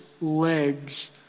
legs